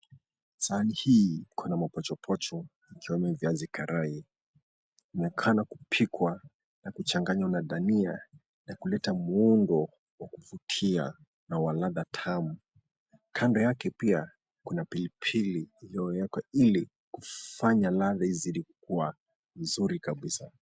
Sahani hii iko na mapochopocho ikiwemo viazi karai. Inaonekana kupikwa na kuchanganywa na dania na kuleta muundo wa kuvutia na wa ladha tamu. Kando yake pia kuna pilipili iliyowekwa ili kufanya ladha izidi kuwa nzuri kabisa.